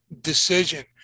decision